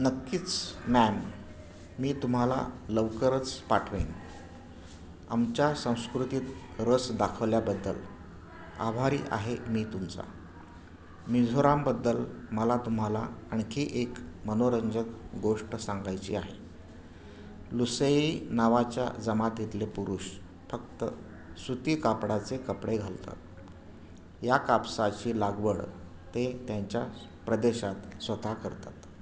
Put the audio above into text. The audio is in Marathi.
नक्कीच मॅम मी तुम्हाला लवकरच पाठवेन आमच्या संस्कृतीत रस दाखवल्याबद्दल आभारी आहे मी तुमचा मिझोरामबद्दल मला तुम्हाला आणखी एक मनोरंजक गोष्ट सांगायची आहे लुसेई नावाच्या जमातीतले पुरुष फक्त सुती कापडाचे कपडे घालतात या कापसाची लागवड ते त्यांच्या प्रदेशात स्वतः करतात